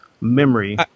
memory